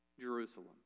Jerusalem